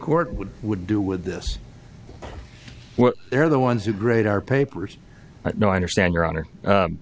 court would would do with this what they're the ones who grade our papers but no i understand your honor